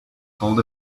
called